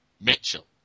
Mitchell